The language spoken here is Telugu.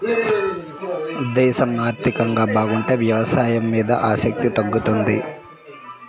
దేశం ఆర్థికంగా బాగుంటే వ్యవసాయం మీద ఆసక్తి తగ్గుతుంది